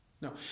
No